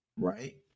right